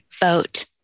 vote